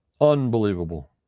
unbelievable